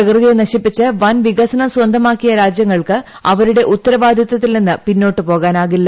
പ്രകൃതിയെ നശിപ്പിച്ച് വൻ വികസനം സ്വന്തമാക്കിയ രാജ്യങ്ങൾക്ക് അവരുടെ ഉത്തരവാദിത്തത്തിൽ നിന്ന് പിന്നോട്ട് പോകാനാവില്ല